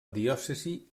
diòcesi